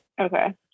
Okay